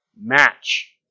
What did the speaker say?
match